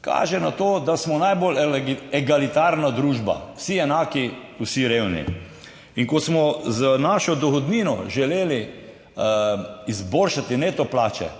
kaže na to, da smo najbolj egalitarna družba vsi enaki, vsi revni. In ko smo z našo dohodnino želeli izboljšati neto plače,